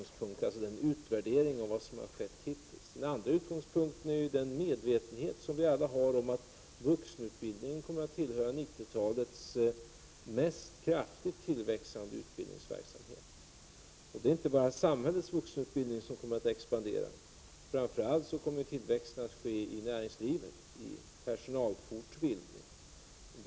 Det handlar alltså om en utvärdering av vad som hittills har skett. En annan utgångspunkt är den medvetenhet som vi alla har om att vuxenutbildningen kommer att vara en av 90-talets kraftigast växande utbildningsverksamheter. Det är inte bara samhällets vuxenundervisning som kommer att expandera, utan framför allt kommer det att bli en tillväxt i näringslivet — inom personalfortbildningen.